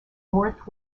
north